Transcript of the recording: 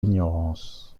ignorance